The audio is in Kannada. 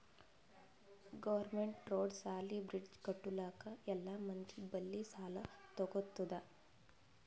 ಗೌರ್ಮೆಂಟ್ ರೋಡ್, ಸಾಲಿ, ಬ್ರಿಡ್ಜ್ ಕಟ್ಟಲುಕ್ ಎಲ್ಲಾ ಮಂದಿ ಬಲ್ಲಿ ಸಾಲಾ ತಗೊತ್ತುದ್